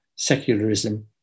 secularism